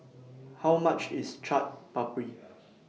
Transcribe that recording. How much IS Chaat Papri